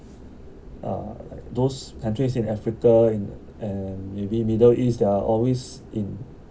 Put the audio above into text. uh like those countries in africa in and maybe middle east they're always in